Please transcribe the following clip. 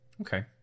Okay